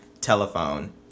Telephone